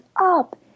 up